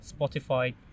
spotify